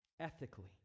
ethically